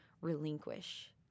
relinquish